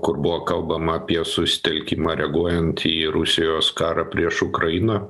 kur buvo kalbama apie susitelkimą reaguojant į rusijos karą prieš ukrainą